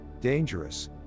dangerous